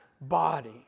body